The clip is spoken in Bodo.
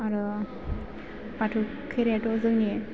आरो बाथौ खेरायाथ' जोंनि